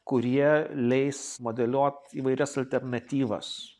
kurie leis modeliuot įvairias alternatyvas